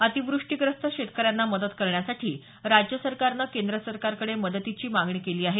अतिवृष्टीग्रस्त शेतकऱ्यांना मदत करण्यासाठी राज्य सरकारनं केंद्र सरकारकडे मदतीची मागणी केली आहे